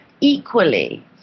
Equally